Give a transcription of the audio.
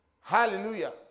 Hallelujah